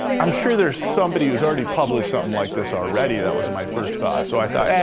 i'm sure there's somebody who's already published something like this already. that was my first thought. so i thought, yeah